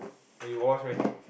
but you got watch meh